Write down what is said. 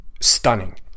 stunning